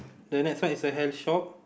the next one is a hair shop